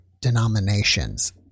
denominations